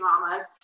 mamas